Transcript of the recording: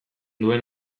duen